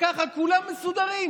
וככה כולם מסודרים,